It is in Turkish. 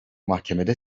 mahkemede